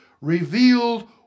revealed